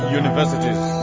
universities